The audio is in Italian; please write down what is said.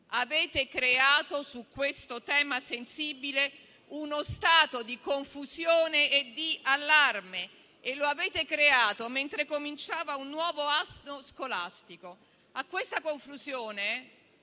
Avete creato su questo tema sensibile uno stato di confusione e di allarme, e lo avete creato mentre cominciava un nuovo anno scolastico. A questa confusione,